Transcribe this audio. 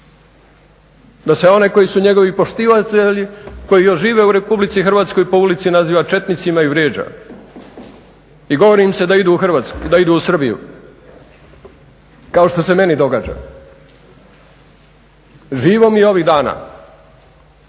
da se one koji su njegovi poštivatelji, koji još žive u Republici Hrvatskoj po ulici naziva četnicima i vrijeđa i govori im se da idu u Srbiju kao što se meni događa. Živo mi je ovih dana